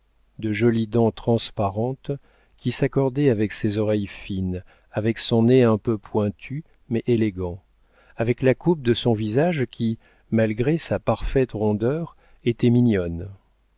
de jolies dents transparentes qui s'accordaient avec ses oreilles fines avec son nez un peu pointu mais élégant avec la coupe de son visage qui malgré sa parfaite rondeur était mignonne